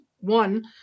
One